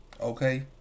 Okay